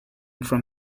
from